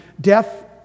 death